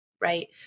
right